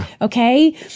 okay